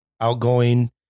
outgoing